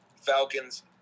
Falcons